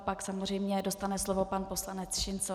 Pak samozřejmě dostane slovo pan poslanec Šincl.